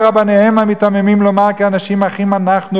ורבניהם המיתממים לומר כי אנשים אחים אנחנו,